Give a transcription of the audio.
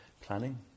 planning